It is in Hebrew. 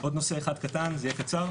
עוד נושא אחד קטן, זה יהיה קצר.